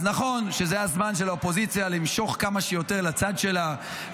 אז נכון שזה הזמן של האופוזיציה למשוך כמה שיותר לצד שלה,